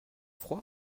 froid